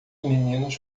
meninos